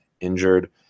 injured